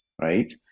right